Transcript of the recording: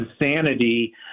insanity